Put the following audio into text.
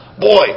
Boy